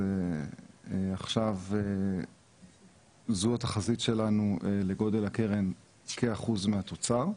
ועכשיו זו התחזית שלנו לגודל הקרן כאחוז מהתוצר.